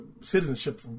citizenship